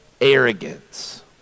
arrogance